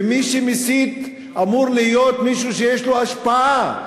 ומי שמסית אמור להיות מישהו שיש לו השפעה,